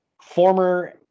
Former